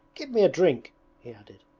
give me a drink he added.